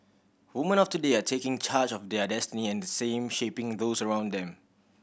woman of today are taking charge of their destiny and at the same shaping those around them